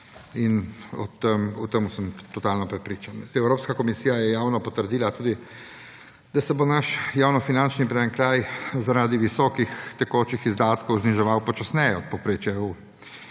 in o tem sem totalno prepričan. Evropska komisija je javno potrdila tudi, da se bo naš javnofinančni primanjkljaj zaradi visokih tekočih izdatkov zniževal počasneje od povprečja EU;